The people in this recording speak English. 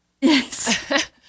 Yes